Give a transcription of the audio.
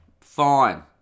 fine